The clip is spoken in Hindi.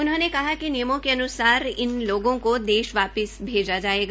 उन्होंने कहा कि नियमों के अनुसार इन लोगों को देश वापिस भेजा जायेगा